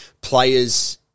players